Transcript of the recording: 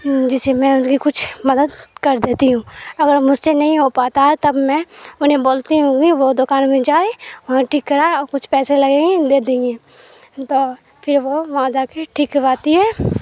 جسے میں ان کی کچھ مدد کر دیتی ہوں اگر مجھ سے نہیں ہو پاتا ہے تب میں انہیں بولتی ہوں کہ وہ دکان میں جائے وہاں ٹھیک کرائے اور کچھ پیسے لگیں گے دے دیں گے تو پھر وہ وہاں جا کے ٹھیک کرواتی ہے